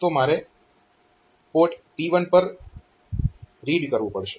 તો મારે port P1 પર રીડ કરવું પડશે